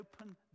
open